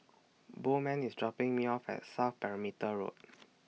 Bowman IS dropping Me off At South Perimeter Road